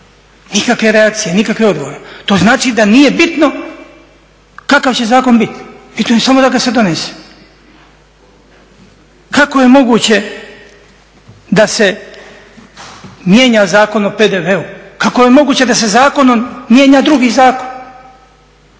nikakve reakcije, nikakvog odgovora. To znači da nije bitno kakav će zakon biti, bitno je samo da ga se donese. Kako je moguće da se mijenja Zakon o PDV-u, kako je moguće da se zakonom mijenja drugi zakon?